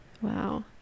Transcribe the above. Wow